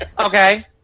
Okay